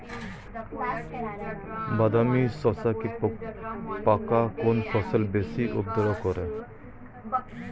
বাদামি শোষক পোকা কোন ফসলে বেশি উপদ্রব করে?